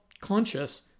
conscious